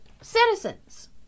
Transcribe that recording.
citizens